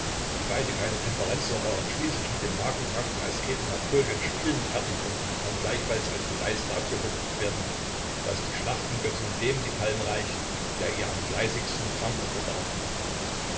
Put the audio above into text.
die beide keine temperenzler waren schließlich mit dem magenkranken asketen napoleon spielend fertig wurden kann gleichfalls als beweis dafür verbucht werden daß die schlachtengöttin dem die palme reicht der ihr am fleißigsten trankopfer darbringt